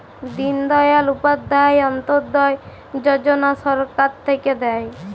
দিন দয়াল উপাধ্যায় অন্ত্যোদয় যজনা সরকার থাক্যে দেয়